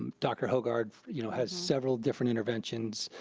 um dr. hoggard you know has several different interventions,